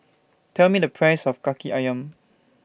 Tell Me The Price of Kaki Ayam